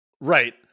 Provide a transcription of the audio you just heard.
Right